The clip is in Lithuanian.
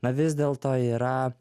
na vis dėlto yra